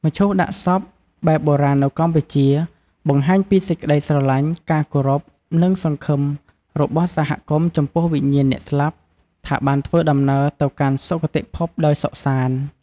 មឈូសដាក់សពបែបបុរាណនៅកម្ពុជា បង្ហាញពីសេចក្ដីស្រឡាញ់ ការគោរព និង សង្ឃឹមរបស់សហគមន៍ចំពោះវិញ្ញាណអ្នកស្លាប់ ថាបានធ្វើដំណើរទៅកាន់សុគតិភពដោយសុខសាន្ដ។